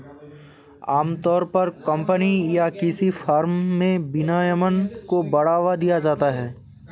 आमतौर पर कम्पनी या किसी फर्म में विनियमन को बढ़ावा दिया जाता है